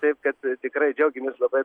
taip kad tikrai džiaugiamės labai